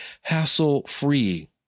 hassle-free